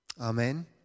Amen